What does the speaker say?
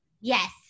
Yes